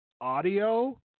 audio